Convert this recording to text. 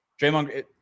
Draymond